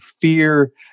fear